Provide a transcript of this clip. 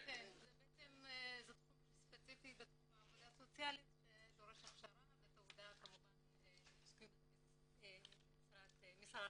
זה תחום ספציפי בעבודה סוציאלית שדורש הכשרה ותעודה ממשרד הרווחה.